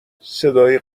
صدای